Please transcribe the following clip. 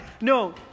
No